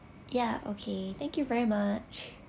ya okay thank you very much